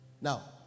Now